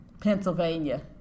Pennsylvania